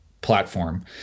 platform